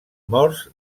morts